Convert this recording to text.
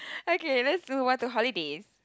okay let's move on to holidays